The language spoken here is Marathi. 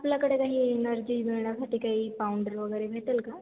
आपल्याकडे काही एनर्जी मिळण्यासाठी काही पाऊंडर वगैरे भेटेल का